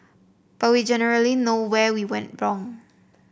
but we generally know where we went wrong